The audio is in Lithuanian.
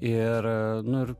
ir nu ir